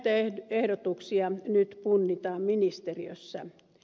näitä ehdotuksia nyt punnitaan ministeriössä